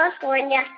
California